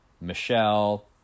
Michelle